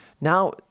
Now